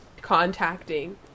contacting